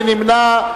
מי נמנע?